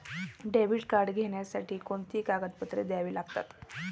Debit card घेण्यासाठी कोणती कागदपत्रे द्यावी लागतात?